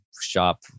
shop